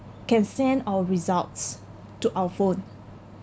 can send our results to our phone